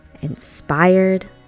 inspired